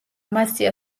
მასზე